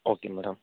okay madam